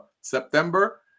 September